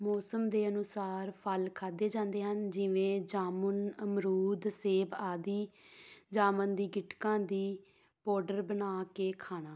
ਮੌਸਮ ਦੇ ਅਨੁਸਾਰ ਫ਼ਲ ਖਾਧੇ ਜਾਂਦੇ ਹਨ ਜਿਵੇਂ ਜਾਮੁਣ ਅਮਰੂਦ ਸੇਬ ਆਦਿ ਜਾਮਣ ਦੀ ਗਿਟਕਾਂ ਦੀ ਪਾਊਡਰ ਬਣਾ ਕੇ ਖਾਣਾ